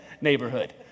neighborhood